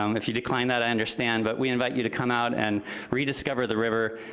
um if you decline that, i understand, but we invite you to come out and rediscover the river.